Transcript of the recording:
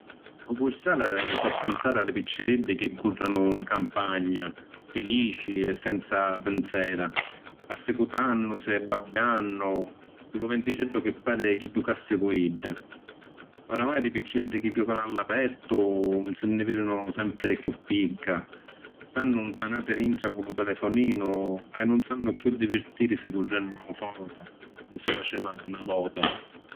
Lu cursali mi fa pinsari a li picciriddi chi currinu ‘n campagna, filici e senza pinsera, assicutannusi e babbiànnu, cu lu venticeddu chi pari chi jucassi cu iddi. Oramai di picciriddi chi jocanu a l’apertu si nni vidinu sempri chiù picca. Stannu ‘ntanati dintra cu lu telefoninu e nun sannu chiù divirtirisi currennu fôra comu si faceva na vota.